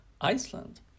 Iceland